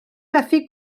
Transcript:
methu